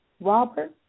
Robert